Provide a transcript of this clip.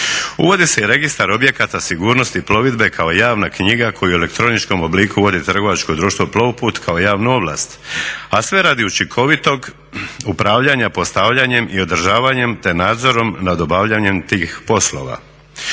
Uvodi se i registar objekata sigurnosti plovidbe kao javna knjiga koju u elektroničkom obliku vodi trgovačko društvo Plovput kao javnu ovlast, a sve radi učinkovitog upravljanja postavljanjem i održavanjem te nadzorom nad obavljanjem tih poslova.